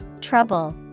Trouble